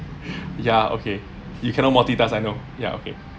ya okay you cannot multitask I know ya okay